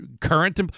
current